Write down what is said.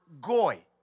goy